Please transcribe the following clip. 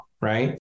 right